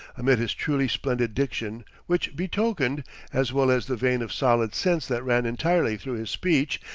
amid his truly splendid diction, which betokened, as well as the vein of solid sense that ran entirely through his speech,